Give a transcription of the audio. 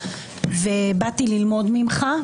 ובאתי ללמוד ממך,